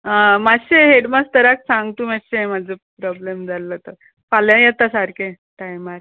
आं मातशें हेडमास्टराक सांग तूं मातशें म्हाजो प्रोब्लेम जाल्लो तो फाल्यां येता सारकें टायमार